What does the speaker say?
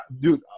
Dude